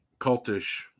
cultish